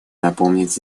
напомнить